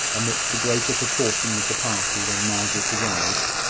amidst the greater proportion of the party, when margaret arrived,